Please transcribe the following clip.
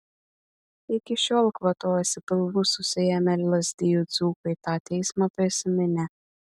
iki šiol kvatojasi pilvus susiėmę lazdijų dzūkai tą teismą prisiminę